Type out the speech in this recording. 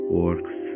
works